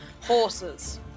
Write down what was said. Horses